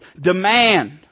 Demand